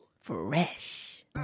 Fresh